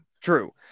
True